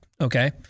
okay